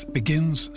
begins